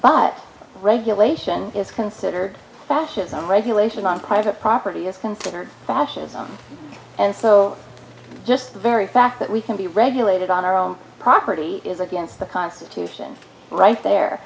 but regulation is considered fascism regulation on private property is considered fascism and so just the very fact that we can be regulated on our own property is against the constitution right there